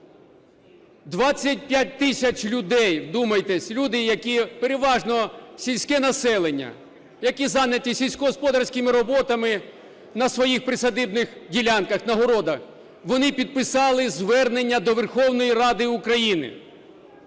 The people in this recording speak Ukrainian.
25 тисяч людей, вдумайтесь, люди які переважно сільське населення, які зайняті сільськогосподарськими роботами на своїх присадибних ділянках, на городах, вони підписали звернення до Верховної Ради України.